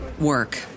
work